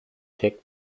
tech